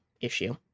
issue